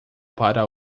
para